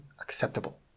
acceptable